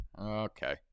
Okay